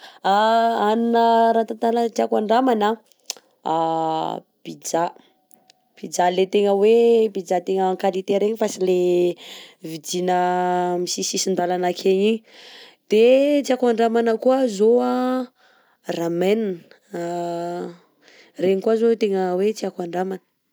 Hanina ara-tantara tiako andramana: a pizza, pizza le tegna hoe pizza tegna en qualité regny fa tsy le vidina amin'ny sisin-dalana akegny igny, de tiako handramana koà zao a ramen regny koà zao tegna hoe tiako handramana.